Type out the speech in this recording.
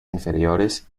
inferiores